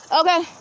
okay